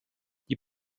die